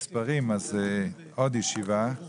עוד ישיבה של